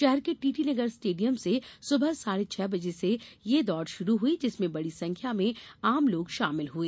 शहर के टीटीनगर स्टेडियम से सुबह साढ़े छह बजे ये दौड़ शुरू हुई जिसमें बड़ी संख्या में आम लोग शामिल हुए